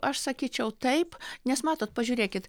aš sakyčiau taip nes matot pažiūrėkit